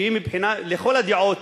שהיא לכל הדעות,